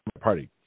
Party